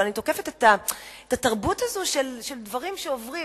אבל אני תוקפת את התרבות הזאת של דברים שעוברים,